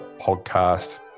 podcast